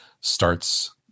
starts